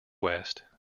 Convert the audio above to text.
west